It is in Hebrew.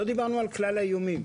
אבל לא דיברנו על כלל האיומים.